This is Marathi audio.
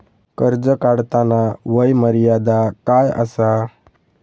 कर्ज काढताना वय मर्यादा काय आसा?